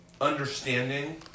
understanding